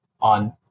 on